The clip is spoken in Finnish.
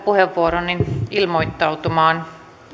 puheenvuoron ilmoittautumaan